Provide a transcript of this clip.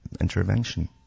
intervention